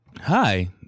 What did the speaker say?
hi